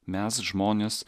mes žmonės